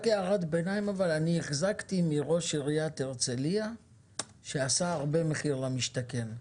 רק הערת ביניים: החזקתי מראש עיריית הרצליה שעשה הרבה מחיר למשתכן,